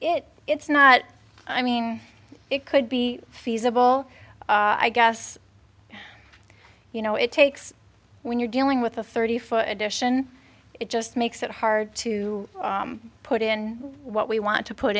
it it's not i mean it could be feasible i guess you know it takes when you're dealing with a thirty foot edition it just makes it hard to put in what we want to put